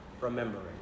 remembering